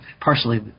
partially